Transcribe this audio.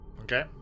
okay